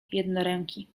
jednoręki